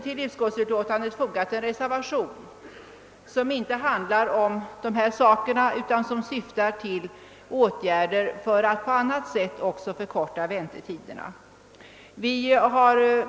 Till utskottets utlåtande är fogad en reservation som inte gäller dessa saker utan syftar till åtgärder för att också på annat sätt förkorta väntetiderna.